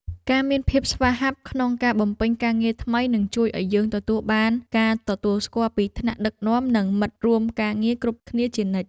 ការមានភាពស្វាហាប់ក្នុងការបំពេញការងារថ្មីនឹងជួយឱ្យយើងទទួលបានការទទួលស្គាល់ពីថ្នាក់ដឹកនាំនិងមិត្តរួមការងារគ្រប់គ្នាជានិច្ច។